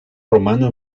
romano